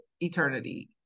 eternity